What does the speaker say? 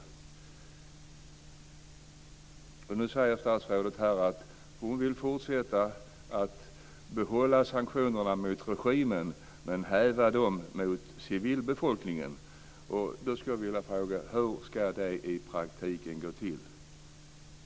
Statsrådet säger att hon vill fortsätta och behålla sanktionerna mot regimen men häva dem mot civilbefolkningen. Då skulle jag vilja fråga: Hur ska det i praktiken gå till?